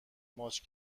ماچ